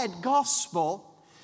gospel